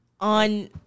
on